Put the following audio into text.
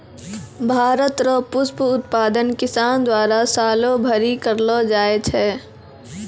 भारत रो पुष्प उत्पादन किसान द्वारा सालो भरी करलो जाय छै